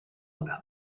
about